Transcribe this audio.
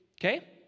Okay